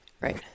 Right